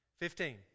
Fifteen